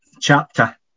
chapter